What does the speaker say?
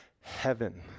heaven